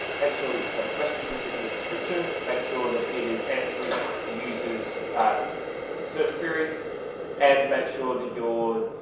make sure that you've got a question within your description. make sure that it is answering the users a search query and make sure that your.